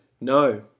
No